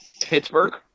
Pittsburgh